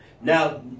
Now